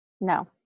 No